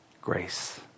Grace